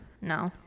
No